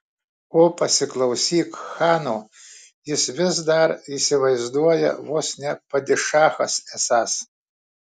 o pasiklausyk chano vis dar įsivaizduoja vos ne padišachas esąs